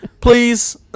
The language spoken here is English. please